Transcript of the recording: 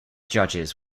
judges